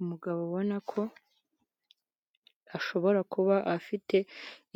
Umugabo ubona ko ashobora kuba afite